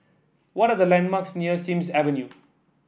what are the landmarks near Sims Avenue